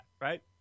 right